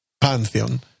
Pantheon